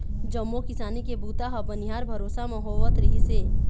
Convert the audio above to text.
जम्मो किसानी के बूता ह बनिहार भरोसा म होवत रिहिस हे